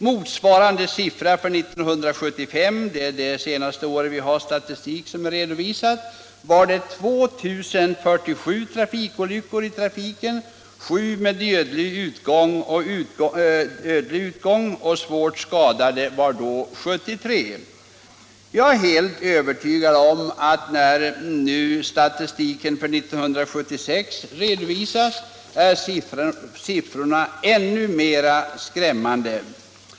Motsvarande siffra för 1975 — det senaste år för vilket vi har statistik redovisad — var 2047 älgolyckor i trafiken, 7 med dödlig utgång. Antalet svårt skadade var då 73. Jag är helt övertygad om att när nu statistiken för 1976 redovisas är siffrorna ännu mer skrämmande.